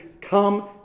come